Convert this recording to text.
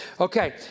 Okay